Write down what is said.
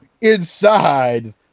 inside